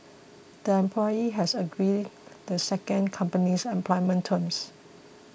the employee has to agree the second company's employment terms